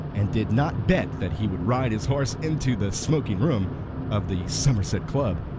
and did not bet that he would ride his horse into the smoking-room of the somerset club,